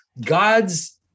God's